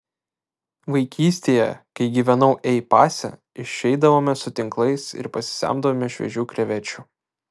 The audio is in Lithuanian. vaikystėje kai gyvenau ei pase išeidavome su tinklais ir pasisemdavome šviežių krevečių